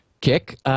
kick